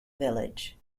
village